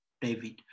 david